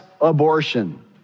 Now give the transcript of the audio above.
abortion